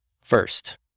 First